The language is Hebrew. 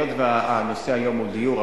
הנושא היום הוא דיור,